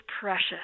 precious